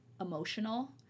emotional